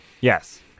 Yes